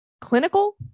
clinical